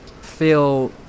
feel